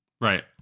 Right